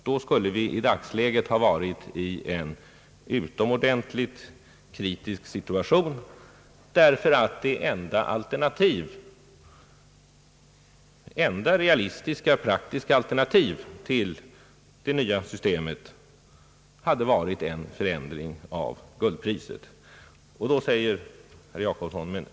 Då skulle vi i dagsläget ha varit i en utomordentligt kritisk situation, ty det enda realistiska alternativet till det nya systemet hade varit en förändring av guldpriset.